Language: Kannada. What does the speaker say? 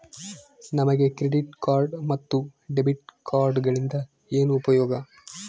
ನಮಗೆ ಕ್ರೆಡಿಟ್ ಕಾರ್ಡ್ ಮತ್ತು ಡೆಬಿಟ್ ಕಾರ್ಡುಗಳಿಂದ ಏನು ಉಪಯೋಗ?